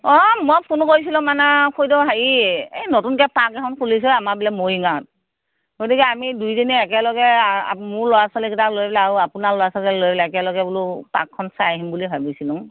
অ মই ফোন কৰিছিলোঁ মানে খুড়ীদেউ হেৰি এই নতুনকৈ পাৰ্ক এখন খুলিছে আমাৰ বোলে মৰিগাঁৱত গতিকে আমি দুয়োজনীয়ে একেলগে মোৰ ল'ৰা ছোৱালীকেইটা লৈ পেলাই আৰু আপোনাৰ ল'ৰা ছোৱালীকেইটা লৈ পেলাই একেলগে বোলো পাৰ্কখন চাই আহিম বুলি ভাবিছিলোঁ